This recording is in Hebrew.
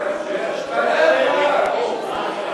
כן כן, מהמקום.